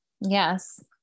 yes